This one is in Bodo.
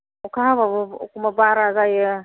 अखा हाबाबो एखमबा बारा जायो